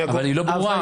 היא לא ברורה.